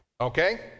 okay